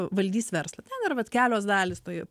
valdys verslą ten yra vat kelios dalys toj